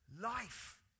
Life